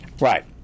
Right